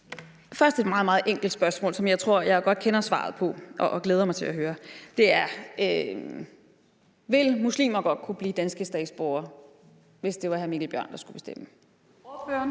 først et meget, meget enkelt spørgsmål, som jeg godt tror jeg kender svaret på, og det glæder jeg mig til at høre: Vil muslimer godt kunne blive danske statsborgere, hvis det var hr. Mikkel Bjørn, der skulle bestemme det? Kl.